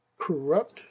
corrupt